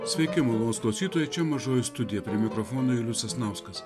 sveiki malonūs klausytojai čia mažoji studija prie mikrofono julius sasnauskas